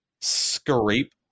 scrape